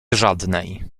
żadnej